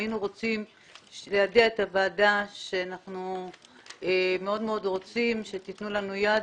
היינו רוצים ליידע את הוועדה שאנחנו מאוד רוצים שתתנו לנו יד,